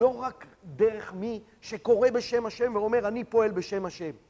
לא רק דרך מי שקורא בשם השם ואומר אני פועל בשם השם